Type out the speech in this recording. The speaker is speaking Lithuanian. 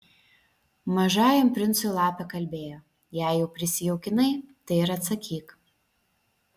mažajam princui lapė kalbėjo jei jau prisijaukinai tai ir atsakyk